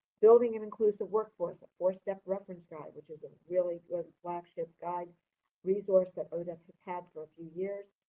building an inclusive workforce a four-step reference guide, which is a really good flagship guide resource that odep has had for a few years.